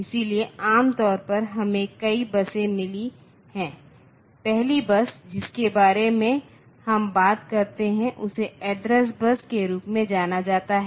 इसलिए आम तौर पर हमें कई बसें मिली हैं पहली बस जिसके बारे में हम बात करते हैं उसे एड्रेस बस के रूप में जाना जाता है